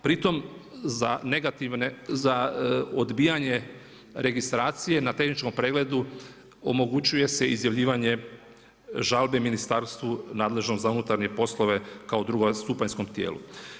Pritom za odbijanje registracije na tehničkom pregledu omogućuje se izjavljivanje žalbe ministarstvu nadležnom za unutarnje poslove kao drugostupanjskom tijelu.